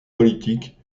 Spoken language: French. politique